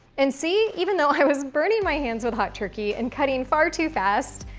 and see? even though i was burning my hands with hot turkey and cutting far too fast,